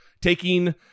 taking